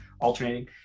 alternating